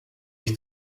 ich